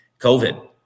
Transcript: COVID